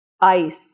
ice